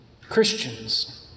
Christians